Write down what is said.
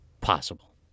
possible